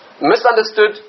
Misunderstood